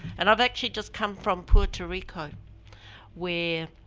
and i've actually just come from puerto rico where